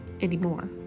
anymore